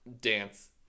dance